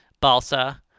Balsa